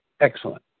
excellent